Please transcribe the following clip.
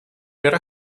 per